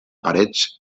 parets